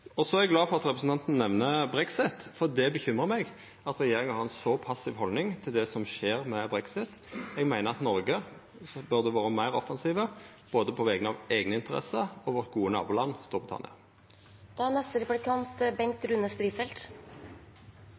Og så er eg glad for at representanten nemner brexit, for det bekymrar meg at regjeringa har ei så passiv haldning til det som skjer med brexit. Eg meiner at Noreg burde vore meir offensiv på vegner av både eigne interesser og vårt gode naboland